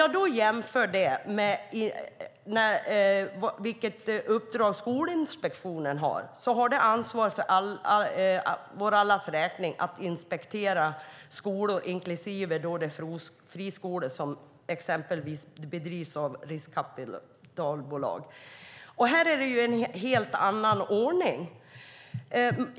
Om jag jämför med Skolinspektionens uppdrag kan jag se att den har ansvar för att för allas vår räkning inspektera skolor, inklusive de friskolor som exempelvis drivs av riskkapitalbolag. Här är det en helt annan ordning.